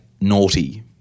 naughty